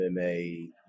MMA